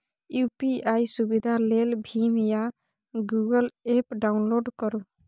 UPI सुविधा लेल भीम या गुगल एप्प डाउनलोड करु